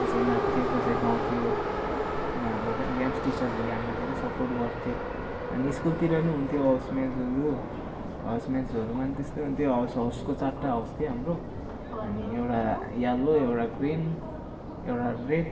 कसै नाच्थ्यो कसै गाउँथ्यो अनि हाम्रो गेम्स टिचरहरूले हामीलाई धेरै सपोर्ट गर्थ्यो अनि स्कुलतिर पनि हुन्थ्यो हाउस म्याचहरू हाउस म्याचहरूमा पनि त्यस्तै हुन्थ्यो हाउस हाउसको चारवटा हाउस थियो हाम्रो अनि एउटा यल्लो एउटा ग्रिन एउटा रेड